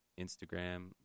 Instagram